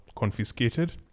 Confiscated